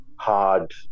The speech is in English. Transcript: hard